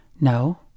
no